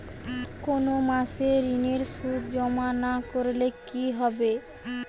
কোনো মাসে ঋণের সুদ জমা না করলে কি হবে?